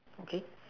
okay